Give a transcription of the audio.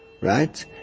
right